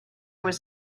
was